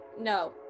No